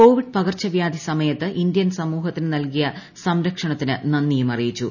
Covid പകർച്ച വ്യാധി സമയത്ത് ഇന്ത്യൻ സമൂഹത്തിന് നൽകിയ സംരക്ഷണത്തിന് നന്ദിയും അറിയിച്ചു